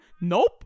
nope